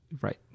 Right